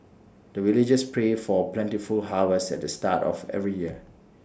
the villagers pray for plentiful harvest at the start of every year